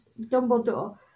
Dumbledore